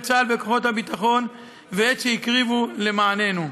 צה"ל וכוחות הביטחון ואת שהקריבו למעננו.